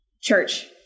church